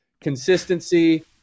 consistency